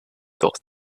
thought